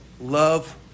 Love